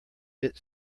bit